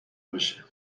بشه